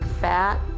fat